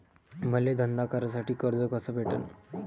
मले धंदा करासाठी कर्ज कस भेटन?